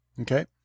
Okay